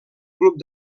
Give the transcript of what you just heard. grup